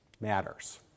matters